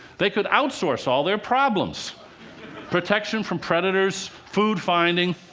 they could outsource all their problems protection from predators, food-finding.